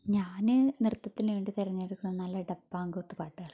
ഞാൻ നൃത്തത്തിനു വേണ്ടി തിരഞ്ഞെടുക്കുന്നത് നല്ല ഡെപ്പാംകുത്ത് പാട്ടുകളാണ്